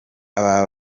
aba